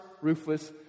ruthless